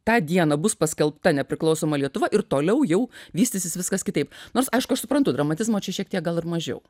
tą dieną bus paskelbta nepriklausoma lietuva ir toliau jau vystysis viskas kitaip nors aišku aš suprantu dramatizmo čia šiek tiek gal ir mažiau